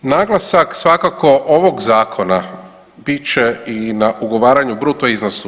Naglasak svakako ovog zakona bit će i na ugovaranju bruto iznosa.